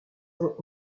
ans